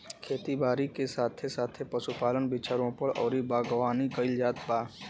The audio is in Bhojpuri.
खेती बारी के साथे साथे पशुपालन, वृक्षारोपण अउरी बागवानी कईल जात बा